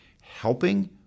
helping